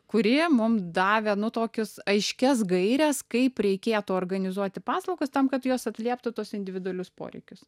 kuri mum davė tokius aiškias gaires kaip reikėtų organizuoti paslaugas tam kad jos atlieptų tuos individualius poreikius